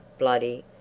bloody,